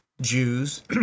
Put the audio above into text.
Jews